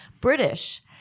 British